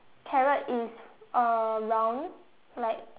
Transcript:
carrot is uh round like